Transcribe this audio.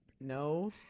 no